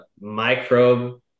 microbe